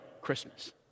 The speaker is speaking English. Christmas